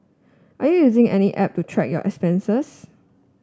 are you using any app to track your expenses